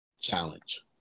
challenge